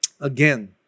again